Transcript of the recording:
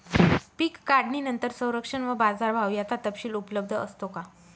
पीक काढणीनंतर संरक्षण व बाजारभाव याचा तपशील उपलब्ध असतो का?